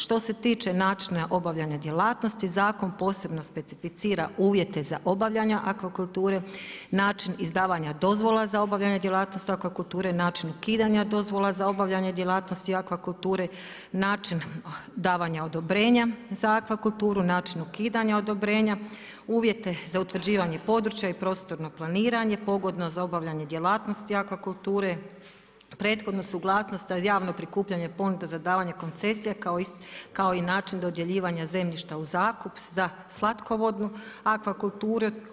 Što se tiče načina obavljanja djelatnosti, zakon posebno specificira uvijete za obavljanja akvakulture, način izdavanja dozvola za obavljanje djelatnosti akvakulture, način ukidanja dozvola za obavljanje djelatnosti akvakulture, način davanja odobrenje za akvakulture, način ukidanja odobrenja, uvjeta za utvrđivanja područja i prostorno planiranje pogodno za obavljanje djelatnosti akvakulture, prethodnu suglasnost, javno prikupljanje ponuda za davanje koncesija, kao i način dodjeljivanja zemljišta u zakup za slatkovodnu akvakulturu.